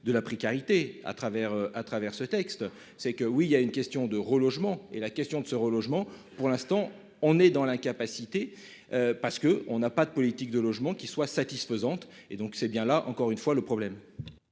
de la précarité à travers, à travers ce texte, c'est que oui il y a une question de relogement et la question de ce relogement. Pour l'instant on est dans l'incapacité parce que on n'a pas de politique de logement qui soit satisfaisante et donc c'est bien là encore une fois le problème.